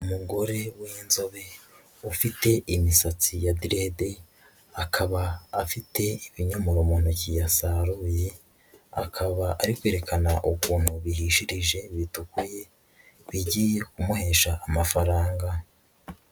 Umugore w'inzobe ufite imisatsi ya direde, akaba afite ibinyomoro mu ntoki yasaruye, akaba ari kwerekana ukuntu bihishirije bitukuye bigiye kumuhesha amafaranga.